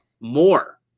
More